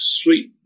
sweet